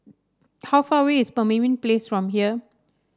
how far away is Pemimpin Place from here